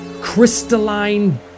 crystalline